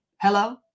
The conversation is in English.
Hello